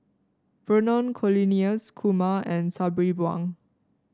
Vernon Cornelius Kumar and Sabri Buang